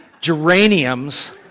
geraniums